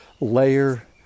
layer